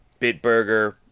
Bitburger